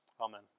Amen